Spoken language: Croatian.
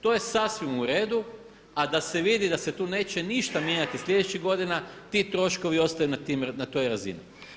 To je sasvim u redu, a da se vidi da se tu ništa neće mijenjati sljedećih godina ti troškovi ostaju na toj razini.